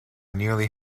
nearly